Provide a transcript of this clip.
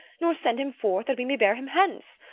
nor send him forth that we may bear him hence.